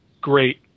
great